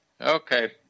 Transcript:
okay